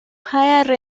higher